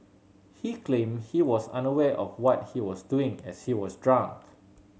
he claimed he was unaware of what he was doing as he was drunk